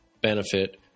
benefit